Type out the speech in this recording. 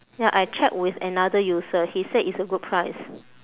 ya I check with another user he said it's a good price